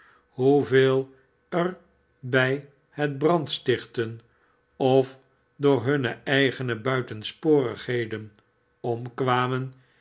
hoeveel er bij het brandstichten of door hunne eigene buitensporigheden omkwamen